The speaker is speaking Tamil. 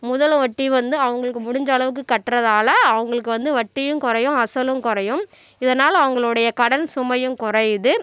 முதலும் வட்டியும் வந்து அவங்களுக்கு முடிஞ்ச அளவுக்கு கட்டுறதால அவங்களுக்கு வந்து வட்டியும் குறையும் அசலும் கொறையும் இதனால் அவங்களோடைய கடன் சுமையும் குறையுது